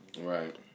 Right